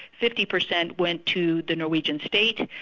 fifty percent went to the norwegian state.